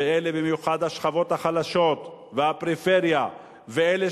ואלה במיוחד השכבות החלשות והפריפריה ואלה